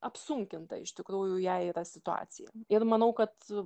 apsunkinta iš tikrųjų jai yra situacija ir manau kad